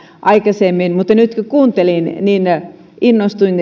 aikaisemmin mutta nyt kun kuuntelin niin innostuin